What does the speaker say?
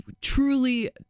truly